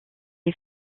est